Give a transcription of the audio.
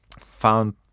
found